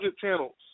channels